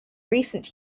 recent